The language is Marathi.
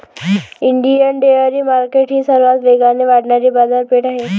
इंडियन डेअरी मार्केट ही सर्वात वेगाने वाढणारी बाजारपेठ आहे